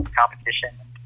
competition